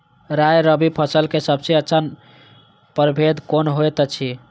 राय रबि फसल के सबसे अच्छा परभेद कोन होयत अछि?